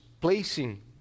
placing